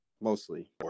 mostly